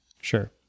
Sure